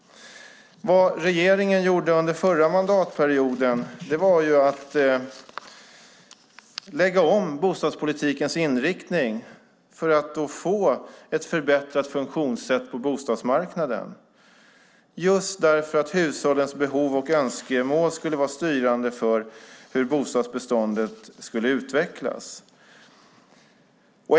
Vad regeringen gjorde under förra mandatperioden var att lägga om bostadspolitikens inriktning för att få ett förbättrat funktionssätt på bostadsmarknaden, just därför att hushållens behov och önskemål skulle vara styrande för hur bostadsbeståndet skulle utvecklas.